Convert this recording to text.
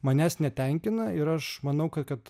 manęs netenkina ir aš manau kad